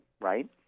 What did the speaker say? right